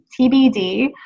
TBD